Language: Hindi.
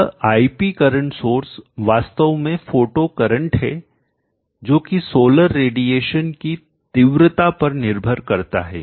यह ip करंट सोर्स वास्तव में फोटो करंट है जो कि सोलर रेडिएशन की तीव्रता पर निर्भर करता है